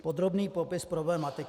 Podrobný popis problematiky.